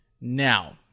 Now